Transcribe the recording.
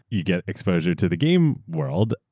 you get exposure to the game world.